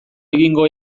egingo